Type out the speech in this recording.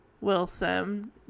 Wilson